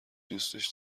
دوستش